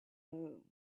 home